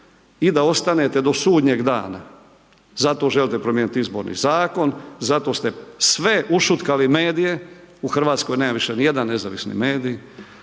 i da ostanete do sudnjeg dana, zato želite promijeniti izborni zakon, zato ste sve ušutkali medije u Hrvatskoj nema više ni jedan nezavisni medij,